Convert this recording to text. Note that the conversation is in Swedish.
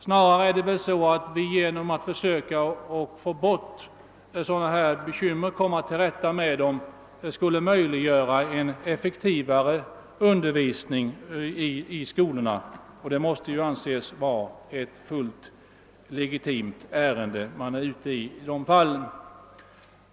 Snarare har vi genom att försöka komma till rätta med bekymmer av detta slag velat möjliggöra en effektivare undervisning i skolorna, vilket måste anses vara ett fullt legitimt syfte.